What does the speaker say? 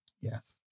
Yes